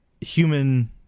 human